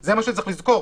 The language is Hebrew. זה מה שצריך לזכור.